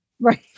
Right